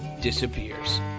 disappears